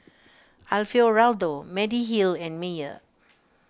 Alfio Raldo Mediheal and Mayer